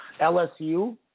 LSU